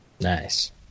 nice